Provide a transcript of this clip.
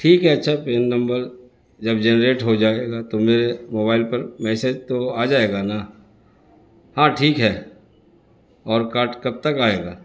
ٹھیک ہے اچھا پن نمبر جب جنریٹ ہو جائے گا تو میرے موبائل پر میسیج تو آ جائے گا نا ہاں ٹھیک ہے اور کاٹ کب تک آئے گا